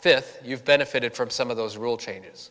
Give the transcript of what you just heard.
fifth you've benefited from some of those rule changes